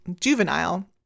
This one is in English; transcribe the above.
juvenile